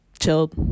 chilled